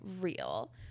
real